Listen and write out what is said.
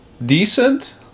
decent